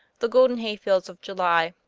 the golden hayfields of july,